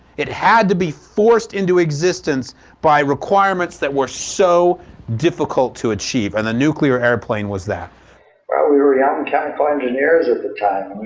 it had to be forced into existence by requirements that were so difficult to achieve and the nuclear airplane was that. well we were young chemical engineers at the time.